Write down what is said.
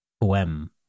OM